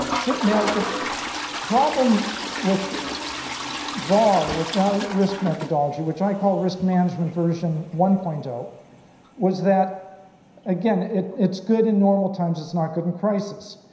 so now the problem with var, with value risk methodology which i call risk management version one point zero was that again it's it's good in normal times. it's not good in crisis.